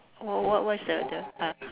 what what what's the the part